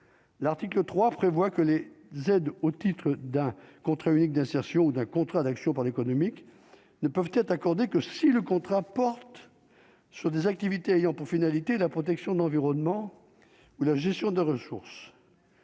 L'article 3 prévoit que les aides au titre d'un contrat unique d'insertion ou d'un contrat d'action par l'économique ne peuvent être accordées que si le contrat porte sur des activités ayant pour finalité la protection de l'environnement ou la gestion des ressources.